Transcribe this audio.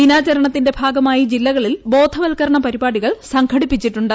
ദിനാചരണത്തിന്റെ ഭാഗമായി ജില്ലകളിൽ ബോധവത്കരണ പരിപാടികൾ സംഘടിപ്പിച്ചിട്ടുണ്ട്